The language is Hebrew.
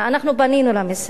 אנחנו פנינו למשרד.